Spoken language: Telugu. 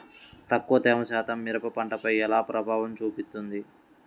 తక్కువ తేమ శాతం మిరప పంటపై ఎలా ప్రభావం చూపిస్తుంది?